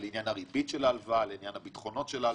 ה-tailor made שדיברנו עליהן לא מעט.